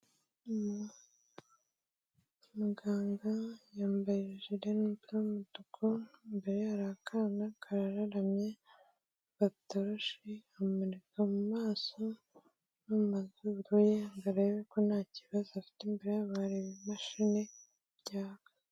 Muganga yambaye ijire umutuku mbere hari akana kararamye patoroshi amurika mu maso no mu mazuru ye ngo arebe ko nta kibazo afite imbere y'abamashini byaka.